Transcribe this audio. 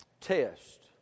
test